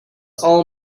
all